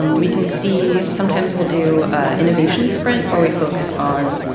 um we can see sometimes we'll do innovation sprint or we focus on,